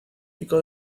pico